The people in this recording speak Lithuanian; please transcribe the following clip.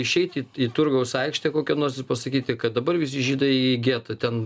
išeit į į turgaus aikštę kokią nors ir pasakyti kad dabar visi žydai į getą ten